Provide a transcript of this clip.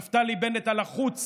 נפתלי בנט הלחוץ